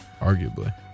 Arguably